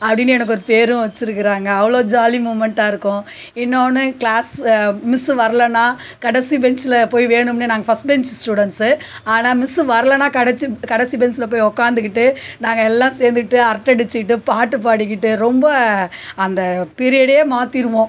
அப்படின்னு எனக்கு ஒரு பேரும் வச்சிருக்குறாங்கள் அவ்வளோ ஜாலி மூமெண்ட்டாக இருக்கும் இன்னொன்னு கிளாஸ் மிஸ்ஸு வரலன்னா கடைசி பென்ஜில் போய் வேணும்னே நாங்கள் ஃபரஸ்ட் பென்ச் ஸ்டுடென்ட்ஸ்ஸு ஆனால் மிஸ்ஸு வரலன்னா கடைச்சி கடைசி பென்ஜில் போய் உக்காந்துக்கிட்டு நாங்கள் எல்லாம் சேர்ந்துகிட்டு அரட்டை அடிச்சிக்கிட்டு பாட்டுப்பாடிக்கிட்டு ரொம்ப அந்த பீரியடே மாற்றிருவோம